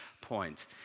point